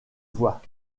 voix